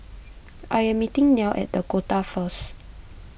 I am meeting Nelle at the Dakota first